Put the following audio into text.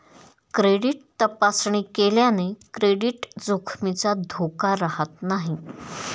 credit तपासणी केल्याने credit जोखमीचा धोका राहत नाही